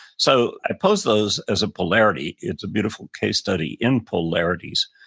so i pose those as a polarity. it's a beautiful case study in polarities,